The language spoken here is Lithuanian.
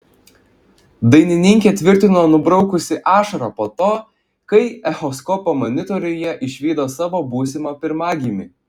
dainininkė tvirtino nubraukusi ašarą po to kai echoskopo monitoriuje išvydo savo būsimą pirmagimį